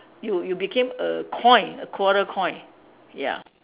you you became a coin a quarter coin ya